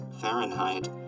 Fahrenheit